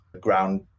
ground